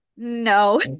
No